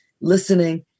listening